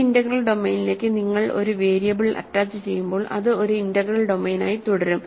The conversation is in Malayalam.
ഒരു ഇന്റഗ്രൽ ഡൊമെയ്നിലേക്ക് നിങ്ങൾ ഒരു വേരിയബിൾ അറ്റാച്ചുചെയ്യുമ്പോൾ അത് ഒരു ഇന്റഗ്രൽ ഡൊമെയ്നായി തുടരും